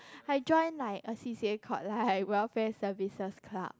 I join like a C_C_A called like welfare services club